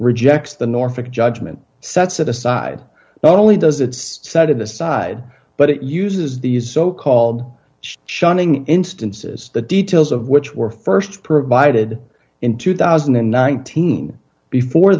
rejects the norfolk judgment sets that aside not only does it set it aside but it uses these so called shining instances the details of which were st provided in two thousand and nineteen before